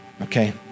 okay